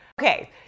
Okay